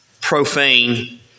profane